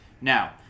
Now